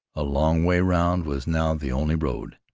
a long way round was now the only road,